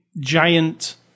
giant